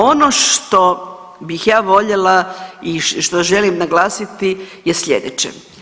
Ono što bih ja voljela i što želim naglasiti je slijedeće.